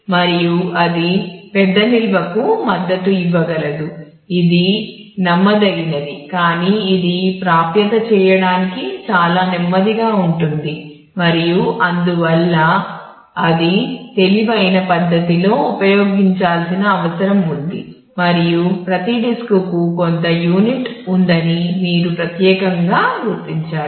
మరియు అది పెద్ద నిల్వకు మద్దతు ఇవ్వగలదు ఇది నమ్మదగినది కానీ ఇది ప్రాప్యత చేయడానికి చాలా నెమ్మదిగా ఉంటుంది మరియు అందువల్ల ఇది తెలివైన పద్ధతిలో ఉపయోగించాల్సిన అవసరం ఉంది మరియు ప్రతి డిస్కుకు కొంత యూనిట్ ఉందని మీరు ప్రత్యేకంగా గుర్తించాలి